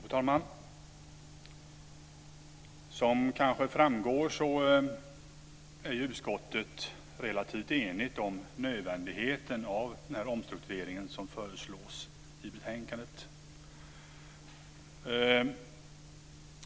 Fru talman! Som kanske framgår är utskottet relativt enigt om nödvändigheten av omstruktureringen som föreslås i betänkandet.